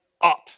up